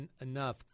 enough